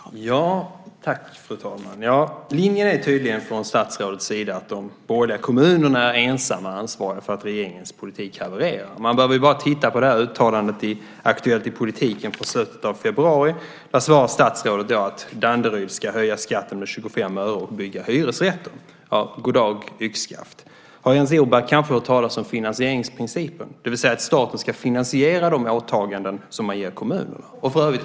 Fru talman! Linjen är tydligen från statsrådets sida att de borgerliga kommunerna är ensamma ansvariga för att regeringens politik havererar. Man behöver bara titta på uttalandet i Aktuellt i Politiken från slutet av februari. Då svarade statsrådet att Danderyd ska höja skatten med 25 öre och bygga hyresrätter. Goddag yxskaft! Har Jens Orback kanske hört talas om finansieringsprincipen, det vill säga att staten ska finansiera de åtaganden som staten ger kommunerna?